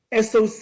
SOC